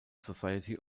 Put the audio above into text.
society